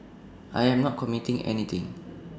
I am not committing anything